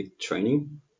training